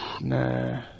Nah